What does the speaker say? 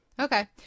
Okay